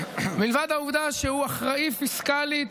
מלבד העובדה שהוא אחראי פיסקלית,